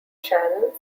channels